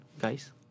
guys